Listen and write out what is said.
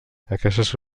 aquestes